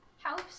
house